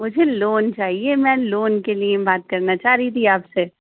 مجھے لون چاہیے میں لون کے لیے بات کرنا چاہ رہی تھی آپ سے